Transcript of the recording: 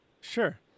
Sure